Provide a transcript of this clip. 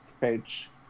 page